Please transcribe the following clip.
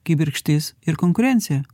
kibirkštis ir konkurencija